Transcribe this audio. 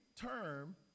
term